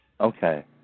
Okay